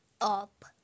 up